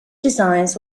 designs